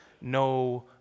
no